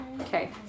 Okay